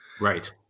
Right